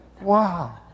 Wow